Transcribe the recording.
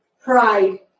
Pride